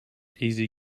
easy